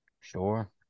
Sure